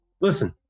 listen